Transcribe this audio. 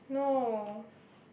no